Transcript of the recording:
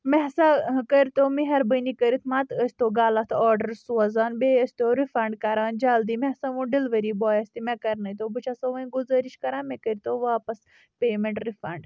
مےٚ ہسا کٔرۍ تو مہربانی کرتھ متہٕ ٲسۍتو غلط آڈر سوزان بیٚیہِ ٲسۍتو رِفنڈ کران جلدی مےٚ ہسا ووٚن ڈیلوری بایس تہِ مےٚ کرنٲےتو بہٕ چھسو ونۍ گزٲرش کران مےٚ کٔرۍتو واپس پیمنٹ رِفنڈ